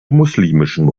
muslimischen